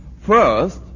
First